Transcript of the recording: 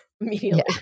immediately